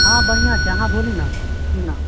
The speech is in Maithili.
हँ बढ़िआँ छै अहाँ बोलू न न